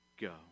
Go